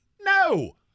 No